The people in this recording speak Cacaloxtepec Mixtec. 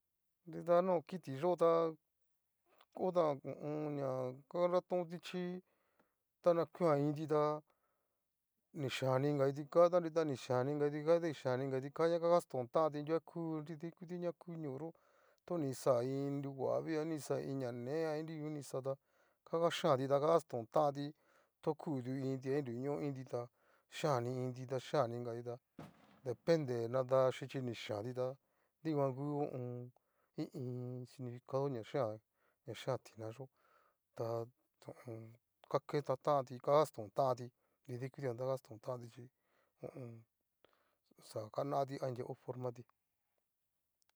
Nrida no kitiyó ta otan ho o on. ña kanratonti chí, tana kua iinti tá, ni xhian ni inga kitikata, tanrita ni xhian inka itika, ta ni xhían inka itikata, ña nga kastontanti nruguanku nidaikuti la ku ñoo yo'o, to ni xa iin ñoguavii a ni ixa iin ñanee, anruguan ni kixa tá, ka axhianti ta nga astontanti tu kuu iinti a ni nruño iinti ta xhian ni iinti ta xhianni ingati ta depende ñadaxhiñi ni xhianti ta dikuan ngu ho o on. i iin significado ña yean ña yean tina yo'o ta ho o on. taketantanti ka gaston tanti nrida ikutia jan kastontanti chí ho o on. xa a kanati anria o formatí.